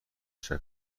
تشکر